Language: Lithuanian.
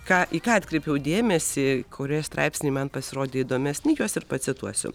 ką į ką atkreipiau dėmesį kurie straipsnį man pasirodė įdomesni juos ir pacituosiu